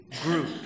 group